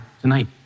tonight